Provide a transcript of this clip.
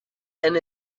and